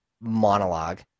monologue